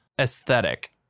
aesthetic